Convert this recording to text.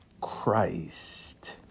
Christ